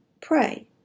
Pray